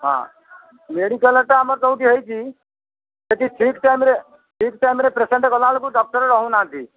ହଁ ମେଡ଼ିକାଲ୍ଟା ଆମର ଯେଉଁଠି ହେଇଛି ସେଠି ଠିକ୍ ଟାଇମ୍ରେ ଠିକ୍ ଟାଇମ୍ରେ ପେସେଣ୍ଟ୍ ଗଲାବେଳକୁ ଡକ୍ଟର୍ ରହୁନାହାଁନ୍ତି